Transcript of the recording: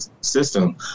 system